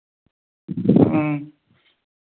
ह्म्म